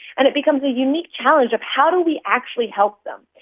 and it becomes a unique challenge of how do we actually help them,